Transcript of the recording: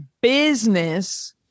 business